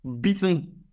beaten